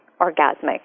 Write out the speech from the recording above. orgasmic